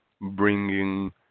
Bringing